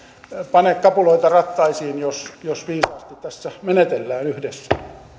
pane kapuloita rattaisiin jos jos viisaasti tässä menetellään yhdessä